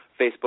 facebook